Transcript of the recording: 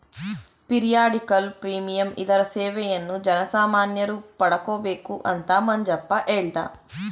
periodical premium ಇದರ ಸೇವೆಯನ್ನು ಜನಸಾಮಾನ್ಯರು ಪಡಕೊಬೇಕು ಅಂತ ಮಂಜಪ್ಪ ಹೇಳ್ದ